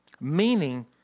Meaning